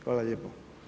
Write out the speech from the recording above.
Hvala lijepo.